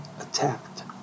attacked